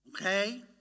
Okay